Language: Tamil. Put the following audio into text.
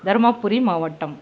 தர்மபுரி மாவட்டம்